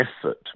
effort